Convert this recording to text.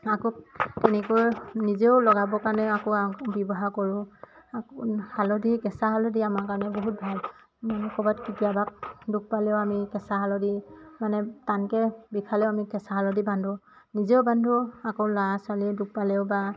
আকৌ এনেকৈ নিজেও লগাবৰ কাৰণেও আকৌ ব্যৱহাৰ কৰোঁ হালধি কেঁচা হালধি আমাৰ কাৰণে বহুত ভাল ক'ৰবাত কেতিয়াবা দুখ পালেও আমি কেঁচা হালধি মানে টানকৈ বিষালেও আমি কেঁচা হালধি বান্ধোঁ নিজেও বান্ধোঁ আকৌ ল'ৰা ছোৱালীয়ে দুখ পালেও বা